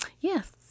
yes